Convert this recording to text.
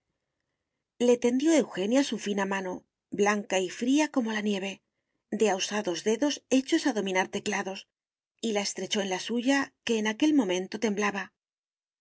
le tendió a eugenia su fina mano blanca y fría como la nieve de ahusados dedos hechos a dominar teclados y la estrechó en la suya que en aquel momento temblaba